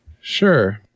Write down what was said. Sure